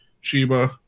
Shiba